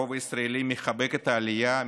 הרוב הישראלי מחבק את העלייה,